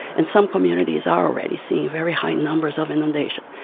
and some communities are already seeing very high numbers of inundation.